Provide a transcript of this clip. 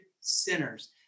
sinners